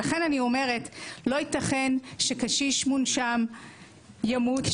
ולכן, אני אומרת, לא ייתכן שקשיש מונשם ימות.